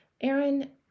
Aaron